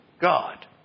God